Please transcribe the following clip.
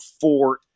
four